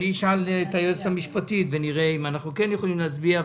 אני אשאל את היועצת המשפטית ונראה אם אנחנו כן יכולים להצביע.